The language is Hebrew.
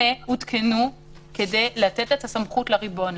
תקנות שעת חירום אלה הותקנו כדי לתת את הסמכות לריבון,